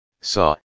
saw